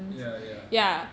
ya ya